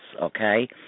okay